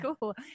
cool